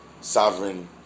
sovereign